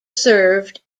served